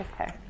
Okay